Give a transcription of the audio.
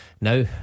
Now